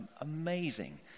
amazing